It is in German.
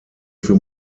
für